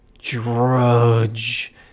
drudge